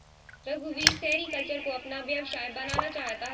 रघुवीर सेरीकल्चर को अपना व्यवसाय बनाना चाहता है